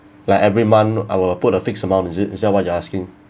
like every month I will put a fixed amount is it is it what you asking